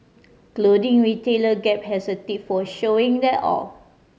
clothing retailer Gap has a tip for showing that off